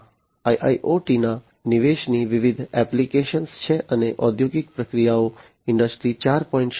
આ IIoT ના નિવેશની વિવિધ એપ્લિકેશનો છે અને ઔદ્યોગિક પ્રક્રિયાઓ ઇન્ડસ્ટ્રી 4